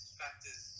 factors